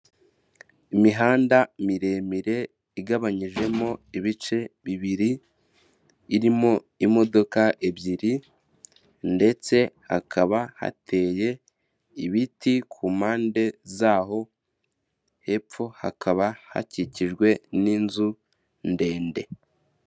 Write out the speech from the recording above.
Imihanda miremire igabanyijemo ibice bibiri, irimo imodoka ebyiri ndetse hakaba hateye ibiti ku mpande zaho, hepfo hakaba hakikijwe n'inzu ndende.